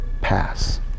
pass